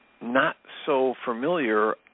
not-so-familiar